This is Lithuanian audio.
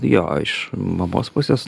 jo o iš mamos pusės